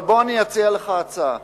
אבל אני אציע לך הצעה: